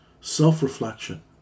self-reflection